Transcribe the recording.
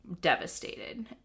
devastated